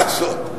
מה לעשות?